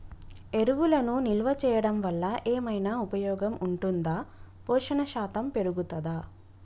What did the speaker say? ఎరువులను నిల్వ చేయడం వల్ల ఏమైనా ఉపయోగం ఉంటుందా పోషణ శాతం పెరుగుతదా?